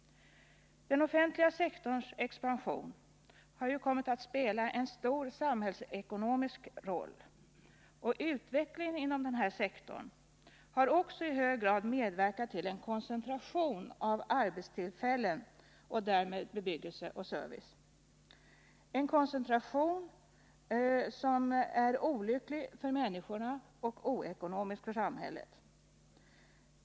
Den offentliga sektorns expansion har ju kommit att spela en stor samhällsekonomisk roll, och utvecklingen inom denna sektor har också i hög grad medverkat till en koncentration av arbetstillfällen och därmed bebyggelse och service. Denna koncentration är olycklig för människorna och oekonomisk för samhället.